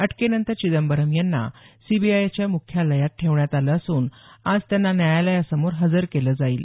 अटकेनंतर चिदंबरम यांना सीबीआयच्या मुख्यालयात ठेवण्यात आलं असून आज त्यांना न्यायालयासमोर हजर केलं जाईल